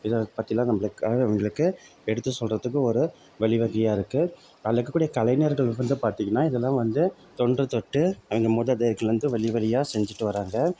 இதை பற்றிலாம் நம்பளுக்கு இவங்களுக்கு எடுத்து சொல்கிறதுக்கு ஒரு வழிவகையா இருக்குது அதில் இருக்கக்கூடிய கலைஞர்கள் வந்து பார்த்திங்கன்னா இதெல்லாம் வந்து தொன்றுதொட்டு அவங்க மூதாதையர்கள் வந்து வழி வழியா செஞ்சுட்டு வர்றாங்க